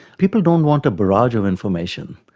people don't want a barrage of information,